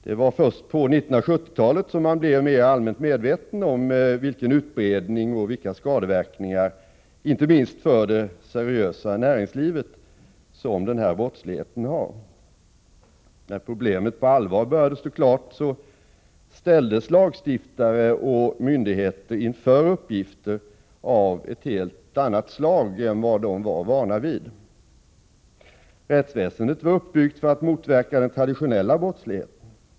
Det var först på 1970-talet som man blev mera allmänt medveten om vilken utbredning och vilka skadeverkningar, inte minst för det seriösa näringslivet, som denna brottslighet har. När problemet på allvar började stå klart ställdes lagstiftare och myndigheter inför uppgifter av ett helt annat slag än vad de var vana vid. Rättsväsendet var uppbyggt för att motverka den traditionella brottsligheten.